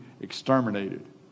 exterminated